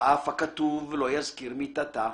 ואף הכתוב לא יזכיר מיתתה,